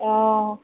অঁ